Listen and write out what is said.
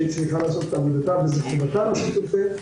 שצריכה לעשות את עבודתה וזאת חובתה לעשות את זה,